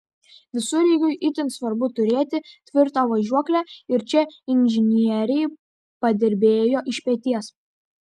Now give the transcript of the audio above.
visureigiui itin svarbu turėti tvirtą važiuoklę ir čia inžinieriai padirbėjo iš peties